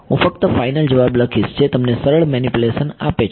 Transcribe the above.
હું ફક્ત ફાઈનલ જવાબ લખીશ જે તમને સરળ મેનીપ્યુલેશન આપે છે